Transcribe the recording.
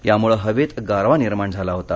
यामुळे हवेत गारवा निर्माण झाला होता